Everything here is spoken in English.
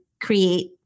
create